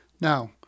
Now